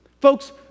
Folks